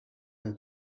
than